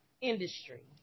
industry